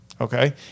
Okay